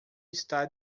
está